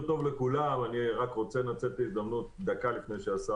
אני רוצה לנצל את ההזדמנות לפני שהשר